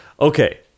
Okay